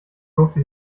durfte